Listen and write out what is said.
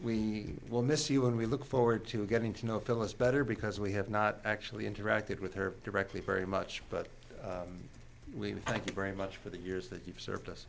we will miss you and we look forward to getting to know phyllis better because we have not actually interacted with her directly very much but we thank you very much for the years that you've served us